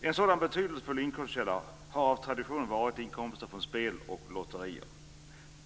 En betydelsefull inkomstkälla har av tradition varit spel och lotterier.